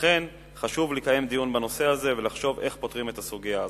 ולכן חשוב לקיים דיון בנושא הזה ולחשוב איך פותרים את הסוגיה הזאת.